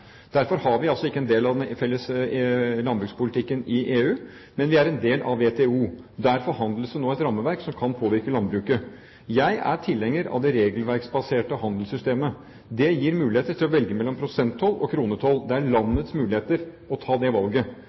Derfor er vi altså ikke en del av den felles landbrukspolitikken i EU, men vi er en del av WTO. Der forhandles det nå om et rammeverk som kan påvirke landbruket. Jeg er tilhenger av det regelverksbaserte handelssystemet. Det gir muligheter til å velge mellom prosenttoll og kronetoll. Det er landets muligheter å ta det valget.